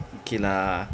okay lah